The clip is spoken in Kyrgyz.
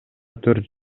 төрт